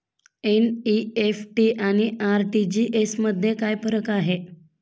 NEFT आणि RTGS मध्ये काय फरक आहे?